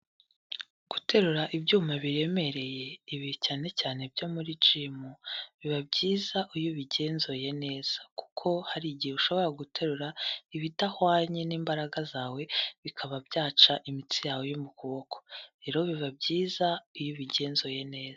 Guterura ibyuma biremereye ibi cyane cyane byo muri gm biba byiza iyo ubigenzuye neza kuko harigihe ushobora guterura ibidahwanye n'imbaraga zawe bikaba byaca imitsi yawe yo mu kuboko rero biba byiza iyo ubigenzuye neza.